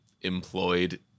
employed